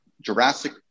jurassic